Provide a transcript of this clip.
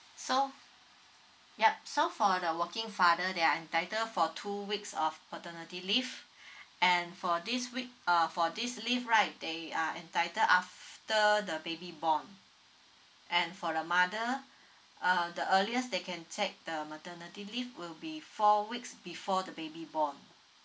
so yup so for the working father they are entitled for two weeks of paternity leave and for this week uh for this leave right they are entitled after the baby born and for the mother uh the earliest they can take the maternity leave will be four weeks before the baby born